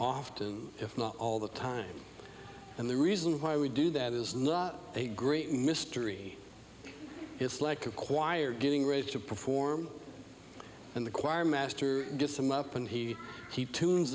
often if not all the time and the reason why we do that is not a great mystery it's like a choir getting ready to perform and the choir master just some up and he keep tunes